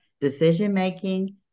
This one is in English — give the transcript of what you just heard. decision-making